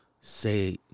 say